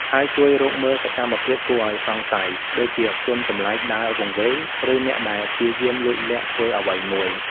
ហើយជួយរកមើលសកម្មភាពគួរឱ្យសង្ស័យ ដូចជាជនចម្លែកដើរវង្វេង ឬអ្នកដែលព្យាយាមលួចលាក់ធ្វើអ្វីមួយ។